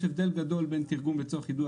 יש הבדל גדול בין תרגום לצורך יידוע